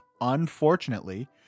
Unfortunately